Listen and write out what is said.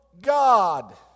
God